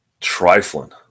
Trifling